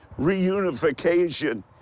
reunification